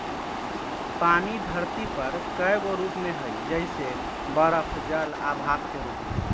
पानी धरती पर कए गो रूप में हई जइसे बरफ जल आ भाप के रूप में